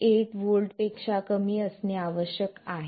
8 volt पेक्षा कमी असणे आवश्यक आहे